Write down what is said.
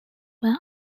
were